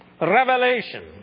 revelation